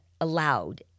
allowed